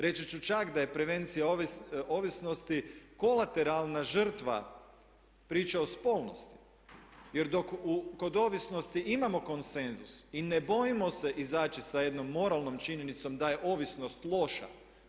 Reći ću čak da je prevencija ovisnosti kolateralna žrtva priča o spolnosti jer dok kod ovisnosti imamo konsenzus i ne bojimo se izaći sa jednom moralnom činjenicom da je ovisnost loša.